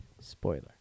Spoiler